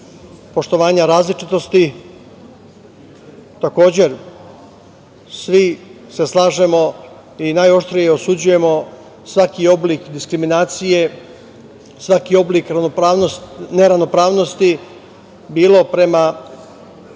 poštovanja različitosti. Takođe, svi se slažemo i najoštrije osuđujemo svaki oblik diskriminacije, svaki oblik neravnopravnosti bilo prema